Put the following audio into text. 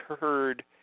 heard